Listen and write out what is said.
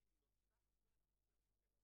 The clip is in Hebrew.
רוצה,